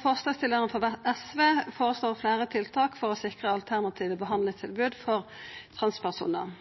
Forslagsstillarane frå SV føreslår fleire tiltak for å sikra alternative behandlingstilbod for transpersonar.